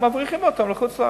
מבריחים אותם לחוץ-לארץ.